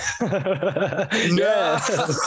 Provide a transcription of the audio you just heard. no